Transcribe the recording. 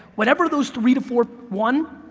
whatever those, three to four, one,